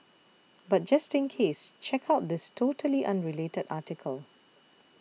but just in case check out this totally unrelated article